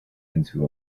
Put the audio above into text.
into